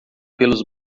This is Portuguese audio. pelos